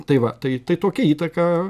tai va tai tokia įtaka